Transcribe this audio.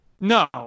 no